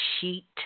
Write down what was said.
sheet